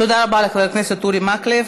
תודה רבה לחבר הכנסת אורי מקלב.